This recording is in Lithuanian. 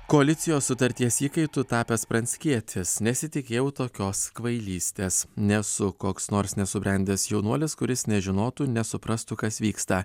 koalicijos sutarties įkaitu tapęs pranckietis nesitikėjau tokios kvailystės nesu koks nors nesubrendęs jaunuolis kuris nežinotų nesuprastų kas vyksta